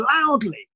loudly